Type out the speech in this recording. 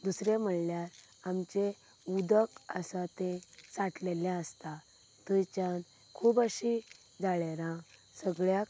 दुसरें म्हणल्यार आमचें उदक आसा तें साठवल्लें आसता थंयच्यान खूब अशीं जाळारां सगळ्याक